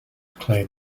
claim